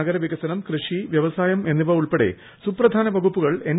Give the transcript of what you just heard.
നഗരവികസനം കൃഷി വൃവസായം എന്നിവ ഉൾപ്പെടെ സുപ്രധാന വകുപ്പുകൾ എൻ